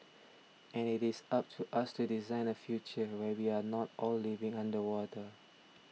and it is up to us to design a future where we are not all living underwater